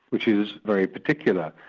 which is very particular.